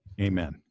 Amen